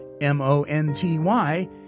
M-O-N-T-Y